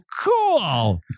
cool